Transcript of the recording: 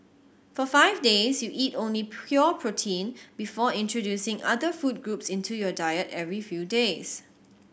for five days you eat only pure protein before introducing other food groups into your diet every few days